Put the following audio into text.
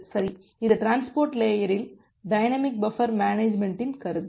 சரி இது டிரான்ஸ்போர்ட் லேயரில் டைனமிக் பஃபர் மேனேஜ்மெண்ட்டின் கருத்து